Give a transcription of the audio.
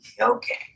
okay